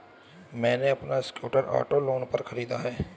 मैने अपना scooter auto loan पर खरीदा है